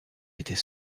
était